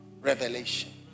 Revelation